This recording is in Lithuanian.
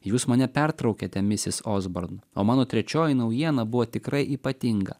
jūs mane pertraukiate misis osborn o mano trečioji naujiena buvo tikrai ypatinga